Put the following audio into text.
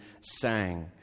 sang